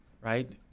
right